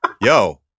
Yo